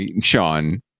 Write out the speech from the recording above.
Sean